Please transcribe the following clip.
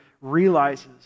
realizes